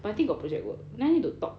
but I think got project work then I need to talk